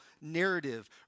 narrative